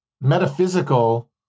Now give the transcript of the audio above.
metaphysical